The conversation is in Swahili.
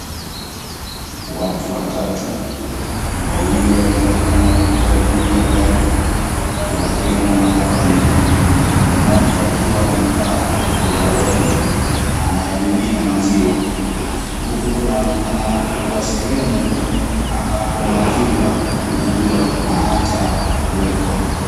Watu watatu, wawili wakionekana kuwa juu ya gari wakiwa na magaloni mmoja akiwa amevaa ovaloli anayamimina maziwa. Huku kunaonekana kuwa sehemu ambapo maziwa huuzwa na hata kuwekwa.